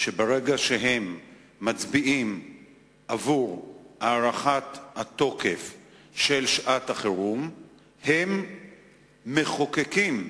שברגע שהם מצביעים עבור הארכת התוקף של שעת-החירום הם מחוקקים,